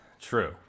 True